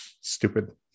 stupid